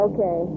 Okay